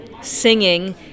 singing